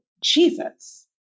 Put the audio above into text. Jesus